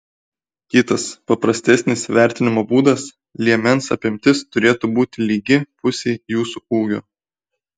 kitas paprastesnis vertinimo būdas liemens apimtis turėtų būti lygi pusei jūsų ūgio